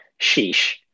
sheesh